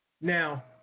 Now